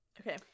Okay